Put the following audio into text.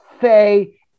say